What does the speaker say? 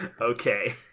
Okay